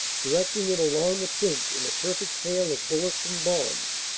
directing it along the trench in a perfect hail of bullets and bombs.